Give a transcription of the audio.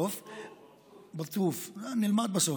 בסוף נלמד.